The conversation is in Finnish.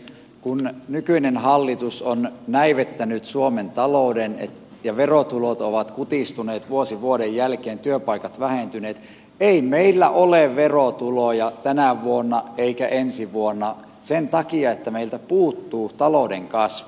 kun nykyinen hallitus on näivettänyt suomen talouden ja verotulot ovat kutistuneet vuosi vuoden jälkeen työpaikat vähentyneet ei meillä ole verotuloja tänä vuonna eikä ensi vuonna sen takia että meiltä puuttuu talouden kasvu